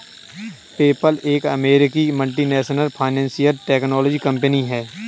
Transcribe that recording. PayPal एक अमेरिकी multinational financial technology company है